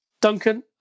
Duncan